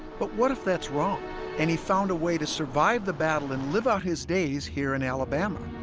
but what if that's wrong and he found a way to survive the battle and live out his days here in alabama